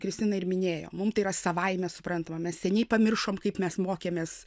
kristina ir minėjo mum tai yra savaime suprantama mes seniai pamiršom kaip mes mokėmės